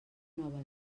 nova